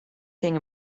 thing